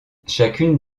chacune